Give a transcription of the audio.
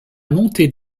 montée